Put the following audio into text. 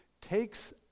takes